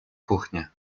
kuchnie